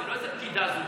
זו לא איזו פקידה זוטרה.